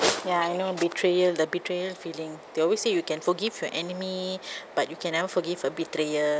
ya I know betrayal the betrayal feeling they always say you can forgive your enemy but you can never forgive a betrayer